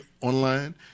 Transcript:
online